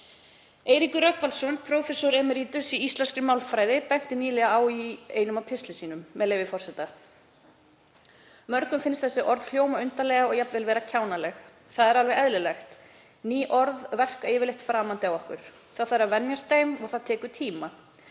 Eiríkur Rögnvaldsson, prófessor emeritus í íslenskri málfræði, benti nýlega á í einum af pistlum sínum, með leyfi forseta: „Mörgum finnst þessi orð hljóma undarlega og jafnvel vera kjánaleg. Það er alveg eðlilegt — ný orð verka yfirleitt framandi á okkur. Það þarf að venjast þeim, og það tekur tíma.